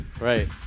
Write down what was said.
Right